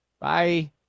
Bye